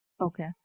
Okay